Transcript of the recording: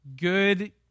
good